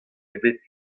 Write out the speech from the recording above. ebet